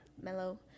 Mellow